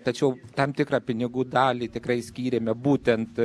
tačiau tam tikrą pinigų dalį tikrai skyrėme būtent